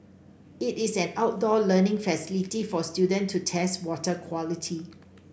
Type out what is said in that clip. it is an outdoor learning facility for students to test water quality